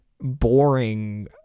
boring